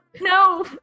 No